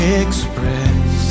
express